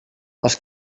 els